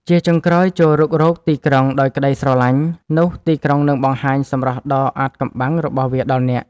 ជាចុងក្រោយ ចូររុករកទីក្រុងដោយក្ដីស្រឡាញ់ នោះទីក្រុងនឹងបង្ហាញសម្រស់ដ៏អាថ៌កំបាំងរបស់វាដល់អ្នក។